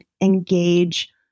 engage